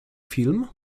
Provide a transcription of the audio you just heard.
film